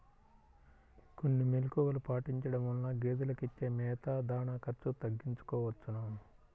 కొన్ని మెలుకువలు పాటించడం వలన గేదెలకు ఇచ్చే మేత, దాణా ఖర్చు తగ్గించుకోవచ్చును